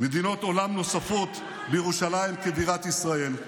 נוספות בירושלים כבירת ישראל.